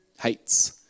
hates